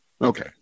Okay